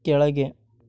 ಕೆಳಗೆ